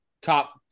top